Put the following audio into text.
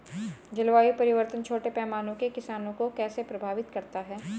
जलवायु परिवर्तन छोटे पैमाने के किसानों को कैसे प्रभावित करता है?